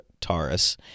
Taurus